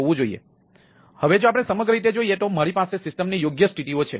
હવે જો આપણે સમગ્ર રીતે જોઈએ તો મારી પાસે સિસ્ટમની યોગ્ય સ્થિતિઓ છે